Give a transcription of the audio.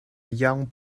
young